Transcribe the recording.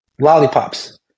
lollipops